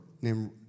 named